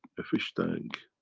a fish tank,